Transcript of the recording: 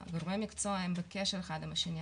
גורמי המקצוע הם בקשר אחד עם השני,